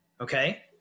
Okay